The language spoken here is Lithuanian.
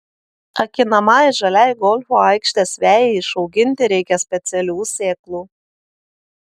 akinamai žaliai golfo aikštės vejai išauginti reikia specialių sėklų